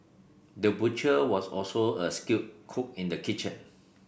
the butcher was also a skilled cook in the kitchen